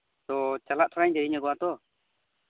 ᱛᱳ ᱪᱟᱞᱟᱜ ᱛᱷᱚᱲᱟᱧ ᱫᱮᱨᱤ ᱧᱚᱜᱚᱜᱼᱟ ᱛᱚ